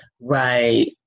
Right